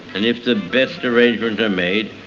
and if the best arrangements are made,